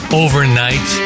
overnight